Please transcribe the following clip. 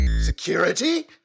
Security